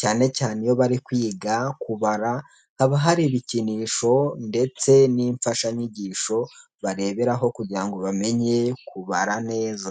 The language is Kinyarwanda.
Cyane cyane iyo bari kwiga kubara, haba hari ibikinisho ndetse n'imfashanyigisho bareberaho kugira ngo bamenye kubara neza.